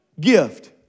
gift